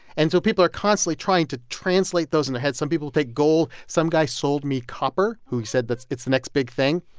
and so people are constantly trying to translate those in their head. some people take gold. some guy sold me copper who said that it's the next big thing.